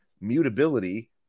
mutability